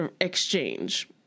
exchange